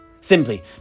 simply